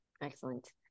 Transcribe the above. excellent